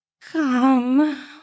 come